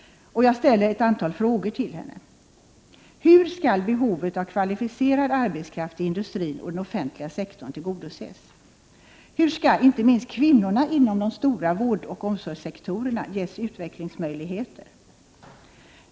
Jag ställer ett antal frågor till henne: 1. Hur skall behovet av kvalificerad arbetskraft till industrin och den offentliga sektorn tillgodoses? 2. Hur skall inte minst kvinnorna inom de stora vårdoch omsorgssektorerna ges utvecklingsmöjligheter? 3.